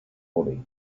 body